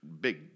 big